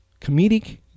comedic